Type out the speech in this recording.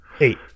Eight